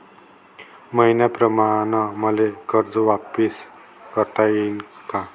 मईन्याप्रमाणं मले कर्ज वापिस करता येईन का?